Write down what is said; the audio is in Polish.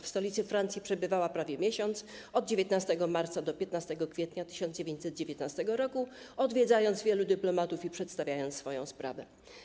W stolicy Francji przebywała prawie miesiąc, od 19 marca do 15 kwietnia 1919 r., odwiedzając wielu dyplomatów i przedstawiając swoją sprawę.